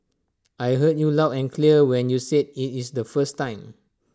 I heard you loud and clear when you said IT in is the first time